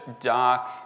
dark